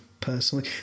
personally